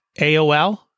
aol